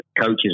coaches